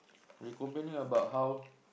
we complaining about how